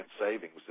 savings